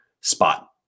spot